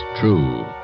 true